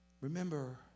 Remember